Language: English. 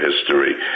history